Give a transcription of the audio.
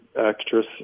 actress